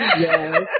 yes